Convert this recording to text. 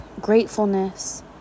gratefulness